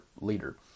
leader